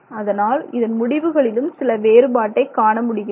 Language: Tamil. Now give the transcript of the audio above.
அதனால் இதன் முடிவுகளிலும் சில வேறுபாட்டைக் காண முடிகிறது